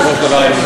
בסופו של דבר הם,